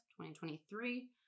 2023